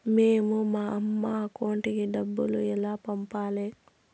మేము మా అమ్మ అకౌంట్ కి డబ్బులు ఎలా పంపాలి